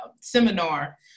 seminar